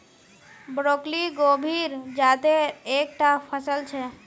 broccoli गोभीर जातेर एक टा फसल छे